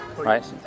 Right